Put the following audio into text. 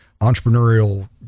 entrepreneurial